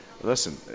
listen